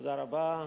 תודה רבה.